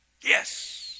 Yes